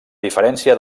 diferència